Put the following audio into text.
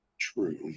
true